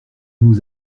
nous